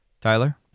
Tyler